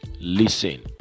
Listen